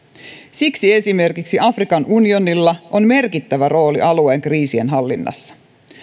siksi esimerkiksi afrikan unionilla on merkittävä rooli alueen kriisien hallinnassa